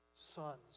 sons